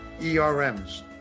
ERMs